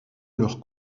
leur